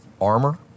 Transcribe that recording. armor